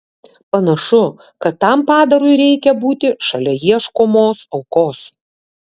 panašu kad tam padarui reikia būti šalia ieškomos aukos